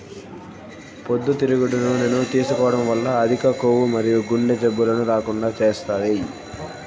పొద్దుతిరుగుడు నూనెను తీసుకోవడం వల్ల అధిక కొవ్వు మరియు గుండె జబ్బులను రాకుండా చేస్తాది